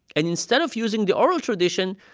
and instead of using the oral tradition,